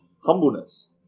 humbleness